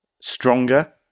stronger